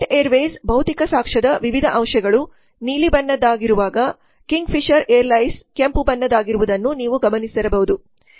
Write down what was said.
jet ಏರ್ವೇಸ್ನ ಭೌತಿಕ ಸಾಕ್ಷ್ಯದ ವಿವಿಧ ಅಂಶಗಳು ನೀಲಿ ಬಣ್ಣದ್ದಾಗಿರುವಾಗ ಕಿಂಗ್ ಫಿಶರ್ ಏರ್ಲೈನ್ಸ್ಗೆ ಕೆಂಪು ಬಣ್ಣದ್ದಾಗಿರುವುದನ್ನು ನೀವು ಗಮನಿಸಿರಬಹುದು